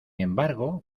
embargo